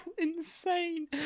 insane